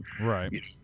Right